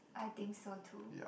I think so too